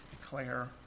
declare